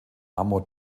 amos